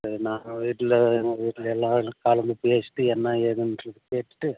நாங்கள் வீட்டில் எங்கள் வீட்டில் எல்லாரும் கலந்து பேசிவிட்டு என்ன ஏதுன்றதை கேட்டுவிட்டு